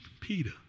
Peter